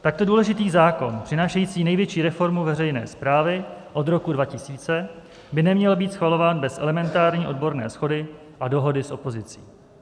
Takto důležitý zákon přinášející největší reformu veřejné správy od roku 2000 by neměl být schvalován bez elementární odborné shody a dohody s opozicí.